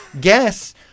guess